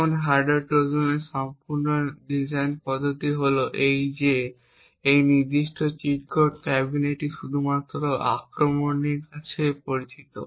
এখন একটি হার্ডওয়্যার ট্রোজানের সম্পূর্ণ ডিজাইন পদ্ধতি হল যে এই চিট কোড ক্যাফেবিফটি শুধুমাত্র আক্রমণকারীর কাছে পরিচিত